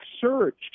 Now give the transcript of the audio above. surged